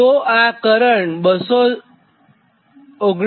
તોઆ કરંટ 279